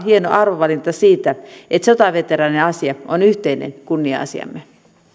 hieno arvovalinta siitä että sotaveteraanien asia on yhteinen kunnia asiamme